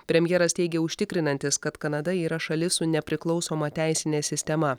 premjeras teigė užtikrinantis kad kanada yra šalis su nepriklausoma teisine sistema